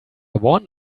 won